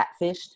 catfished